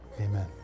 Amen